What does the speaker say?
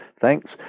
thanks